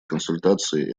консультации